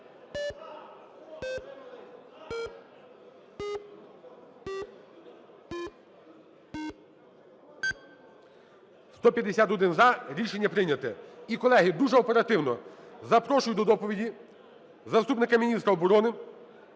За-151 Рішення прийняте. І, колеги, дуже оперативно. Запрошую до доповіді заступника міністра оборони